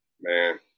Man